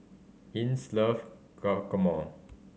Ines love Guacamole